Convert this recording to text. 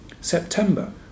September